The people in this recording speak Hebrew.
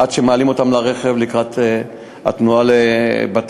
עד שמעלים אותם לרכב לקראת התנועה לבתי-המשפט,